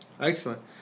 Excellent